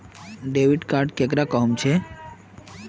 Debit card केकरा कहुम छे?